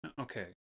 okay